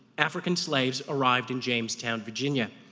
african slaves arrived in jamestown, virginia.